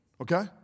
Okay